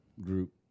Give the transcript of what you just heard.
group